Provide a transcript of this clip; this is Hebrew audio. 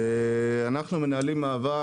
אנחנו מנהלים מאבק,